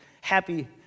happy